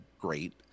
great